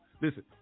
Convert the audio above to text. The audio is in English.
Listen